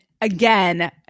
again